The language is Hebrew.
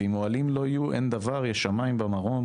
ואם אוהלים לא יהיו אין דבר יש שמיים במרום,